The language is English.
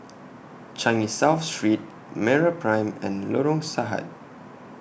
Changi South Street Meraprime and Lorong Sahad